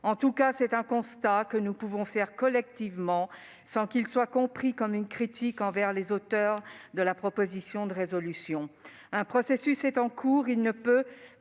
En tout cas, c'est un constat que nous pouvons faire collectivement sans qu'il soit compris comme une critique envers les auteurs de la proposition de résolution. Un processus est en cours, et il ne peut passer que